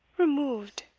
removed!